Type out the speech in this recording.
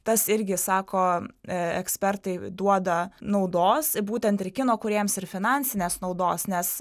tas irgi sako ekspertai duoda naudos būtent ir kino kūrėjams ir finansinės naudos nes